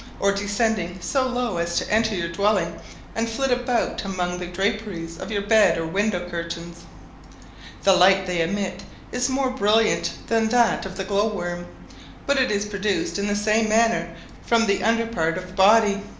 or descending so low as to enter your dwelling and flit about among the draperies of your bed or window curtains the light they emit is more brilliant than that of the glowworm but it is produced in the same manner from the under part of the body.